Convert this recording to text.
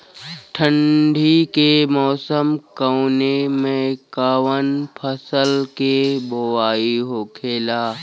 ठंडी के मौसम कवने मेंकवन फसल के बोवाई होखेला?